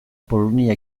polonia